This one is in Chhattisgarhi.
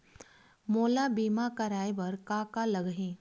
मोला बीमा कराये बर का का लगही?